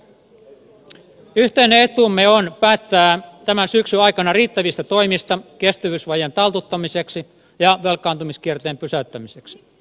yhteinen etumme on päättää tämän syksyn aikana riittävistä toimista kestävyysvajeen taltuttamiseksi ja velkaantumiskierteen pysäyttämiseksi